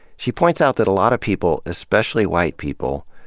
she points out that a lot of people, especially white people,